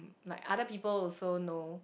like other people also know